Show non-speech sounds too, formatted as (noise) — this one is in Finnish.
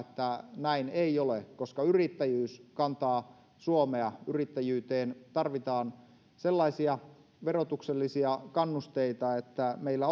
että näin ei ole koska yrittäjyys kantaa suomea yrittäjyyteen tarvitaan sellaisia verotuksellisia kannusteita että meillä (unintelligible)